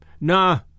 Nah